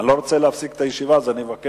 אני לא רוצה להפסיק את הישיבה, אז אני מבקש,